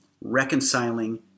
reconciling